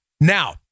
Now